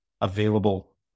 available